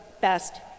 best